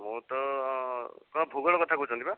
ମୁଁ ତ କ'ଣ ଭୂଗୋଳ କଥା କହୁଛନ୍ତି ପରା